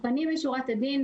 לפנים משורת הדין,